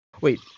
Wait